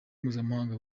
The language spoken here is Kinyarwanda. mpuzamahanga